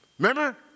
Remember